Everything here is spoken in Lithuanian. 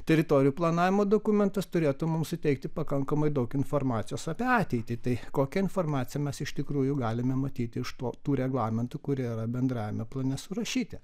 teritorijų planavimo dokumentas turėtų mums suteikti pakankamai daug informacijos apie ateitį tai kokią informaciją mes iš tikrųjų galime matyti iš to tų reglamentų kurie yra bendrajame plane surašyti